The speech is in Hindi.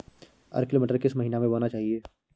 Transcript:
अर्किल मटर किस महीना में बोना चाहिए?